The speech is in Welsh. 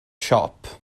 siop